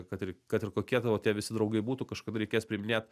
kad ir kad ir kokie tavo tie visi draugai būtų kažkada reikės priiminėt